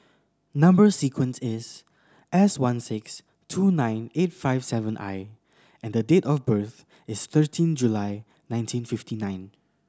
number sequence is S one six two nine eight five seven I and the date of birth is thirteen July nineteen fifty nine